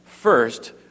First